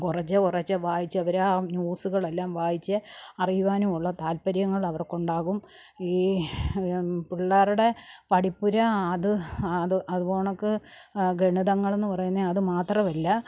കുറച്ച് കുറച്ച് വായിച്ച് അവരാ ന്യൂസുകളെല്ലാം വായിച്ച് അറിയുവാനും ഉള്ള താല്പര്യങ്ങൾ അവർക്ക് ഉണ്ടാകും ഈ പിള്ളേരുടെ പഠിപ്പുര അത് അത് അത് പോൽ കണക്ക് ഗണിതങ്ങളെന്ന് പറയുന്നത് അത് മാത്രമല്ല